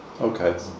Okay